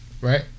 Right